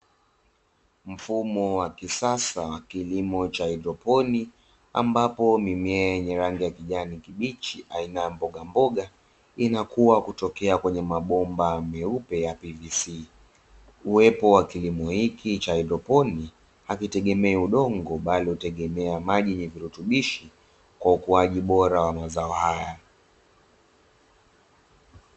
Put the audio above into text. Mfumo wa kisasa wa kilimo cha haidroponi, ambapo mimea yenye rangi ya kijani kibichi aina ya mbogamboga, inakua kutokea kwenye mabomba meupe ya "pvc". Uwepo wa kilimo hiki cha haidroponi hakitegemei udongo bali hunategemea maji yenye virutubishi, kwa ukuaji bora wa mazao haya.